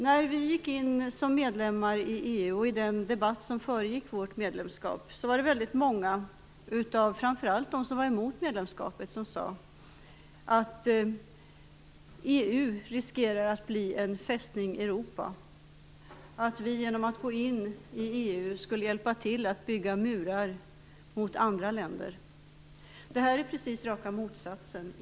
När vi blev medlemmar i EU var det i den debatt som föregick medlemskapet väldigt många, framför allt bland dem som var mot medlemskapet, som sade att EU riskerar att bli ett Fästning Europa. Genom att gå in i EU skulle vi hjälpa till att bygga murar mot andra länder. Det här är precis raka motsatsen.